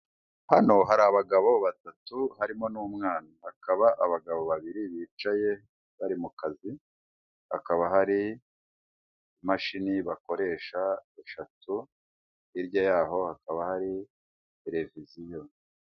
Hano hari abagabo ba tatu harimo n'umwana hakaba., abagabo ba biri bicaye bari mu kazi hakaba hari imashini bakoresha eshatu hirya yabo hakaba hari terevisiyo.